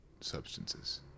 substances